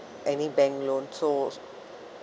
any bank loan so